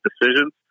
decisions